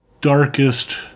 ...darkest